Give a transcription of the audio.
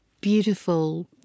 beautiful